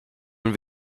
aunc